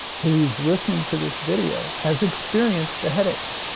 who's listening to this video has experienced the headache.